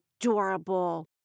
Adorable